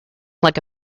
like